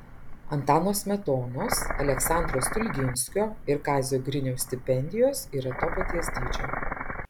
antano smetonos aleksandro stulginskio ir kazio griniaus stipendijos yra to paties dydžio